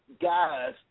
guys